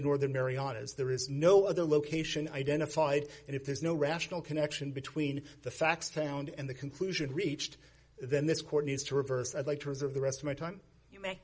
northern marianas there is no other location identified and if there is no rational connection between the facts found and the conclusion reached then this court needs to reverse i'd like to reserve the rest of my time you may